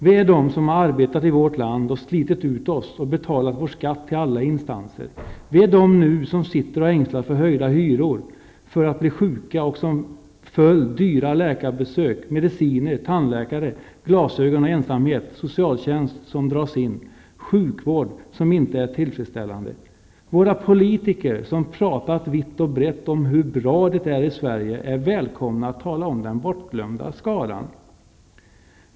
Vi är dom som har arbetat i vårt land och slitit ut oss och betalat vår skatt till alla instanser. Vi är dom nu som sitter och ängslas för höjda hyror, för att bli sjuka, och som följd dyra läkarbesök, mediciner, tandläkare, glasögon och ensamhet, socialtjänst som dras in, sjukvård som inte är tillfredsställande. Våra politiker, som pratar vitt och brett om hur bra det är i Sverige, är välkomna att tala om den bortglömda skaran.